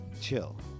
Chill